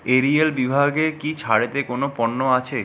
Arial বিভাগে কি ছাড়েতে কোনও পণ্য আছে